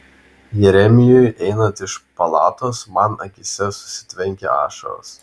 jeremijui einant iš palatos man akyse susitvenkė ašaros